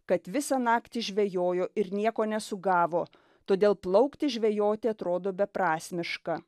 kad visą naktį žvejojo ir nieko nesugavo todėl plaukti žvejoti atrodo beprasmiška